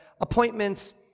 appointments